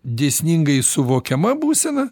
dėsningai suvokiama būsena